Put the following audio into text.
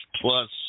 Plus